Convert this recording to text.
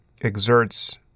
exerts